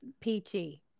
peachy